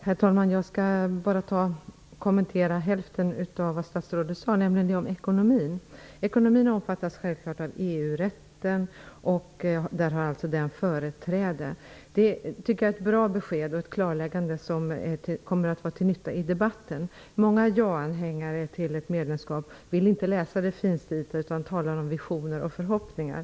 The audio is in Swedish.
Herr talman! Jag skall bara kommentera hälften av det statsrådet sade, nämligen frågorna om ekonomin. Ekonomin omfattas självfallet av EU rätten, som har företräde. Det är ett bra besked, och det är ett klarläggande som kommer att vara till nytta i debatten. Många ja-anhängare vill inte läsa det finstilta utan talar bara om visioner och förhoppningar.